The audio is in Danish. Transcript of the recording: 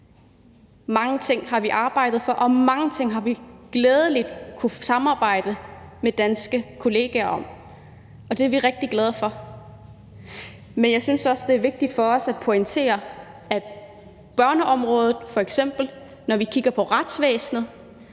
Mange ting har vi arbejdet for, og mange ting har vi glædelig kunnet samarbejde med danske kolleger om, og det er vi rigtig glade for. Men jeg synes også, det er vigtigt for os at pointere, at når vi kigger på retsvæsenet